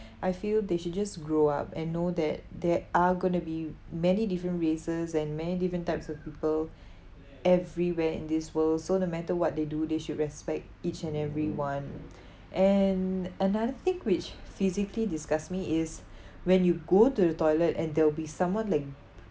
I feel they should just grow up and know that there are going to be many different races and many different types of people everywhere in this world so no matter what they do they should respect each and everyone and another thing which physically disgusts me is when you go to the toilet and there'll be someone like